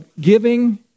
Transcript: giving